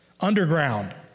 underground